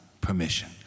permission